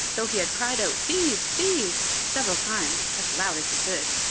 though he had cried out thieves! thieves! several times, as loud as he could.